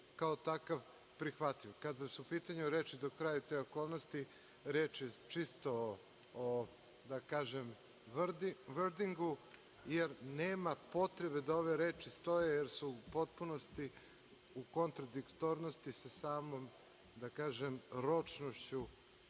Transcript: kao takav prihvatljiv. Kada su u pitanju reči – dok traju te okolnosti, reč je čisto, da kažem, vrdingu, jer nema potrebe da ove reči stoje, jer su u potpunosti u kontradiktornosti, sa samom ročnošću